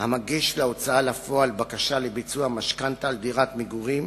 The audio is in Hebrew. המגיש להוצאה לפועל בקשה לביצוע משכנתה על דירת מגורים